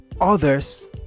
Others